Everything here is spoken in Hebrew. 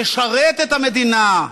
תשרת את המדינה,